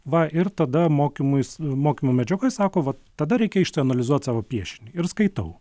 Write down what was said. va ir tada mokymuis mokymo medžiagoj sako va tada reikia išanalizuot savo piešinį ir skaitau